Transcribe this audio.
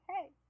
hey